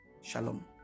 shalom